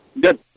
Good